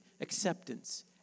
acceptance